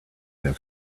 have